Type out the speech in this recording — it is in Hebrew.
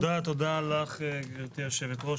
תודה לך, גברתי היושבת-ראש.